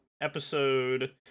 Episode